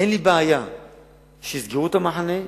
אין לי בעיה שיסגרו את המחנה,